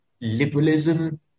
liberalism